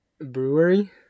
Brewery